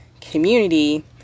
community